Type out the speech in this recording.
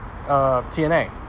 TNA